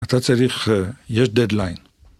אתה צריך יש Deadline